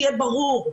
שיהיה ברור.